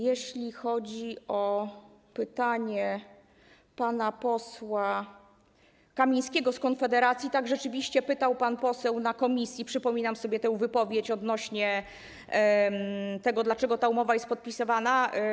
Jeśli chodzi o pytanie pana posła Kamińskiego z Konfederacji - tak, rzeczywiście, pytał pan poseł na posiedzeniu komisji, przypominam sobie tę wypowiedź, odnośnie do tego, dlaczego ta umowa jest podpisywana.